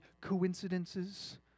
coincidences